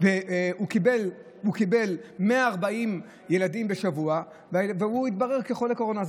וקיבל 140 ילדים בשבוע, התברר כחולה קורונה.